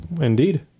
Indeed